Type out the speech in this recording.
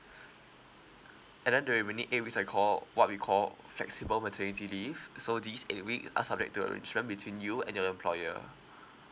and then the remaining eight weeks are called what we call flexible maternity leave so these eight weeks are subject to arrangement between you and your employer